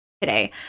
today